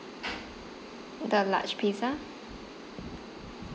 the large pizza